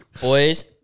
Boys